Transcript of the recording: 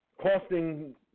costing